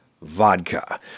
vodka